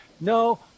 No